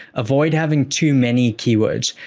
avoid having too many keywords.